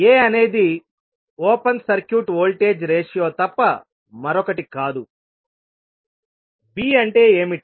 a అనేది open circuit voltage ratio తప్ప మరొకటి కాదు b అంటే ఏమిటి